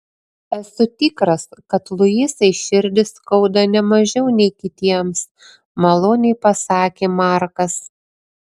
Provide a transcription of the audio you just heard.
esu tikras kad luisai širdį skauda ne mažiau nei kitiems maloniai pasakė markas